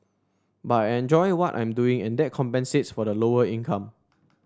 but I enjoy what I'm doing and that compensates for the lower income